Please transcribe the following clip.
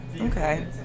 Okay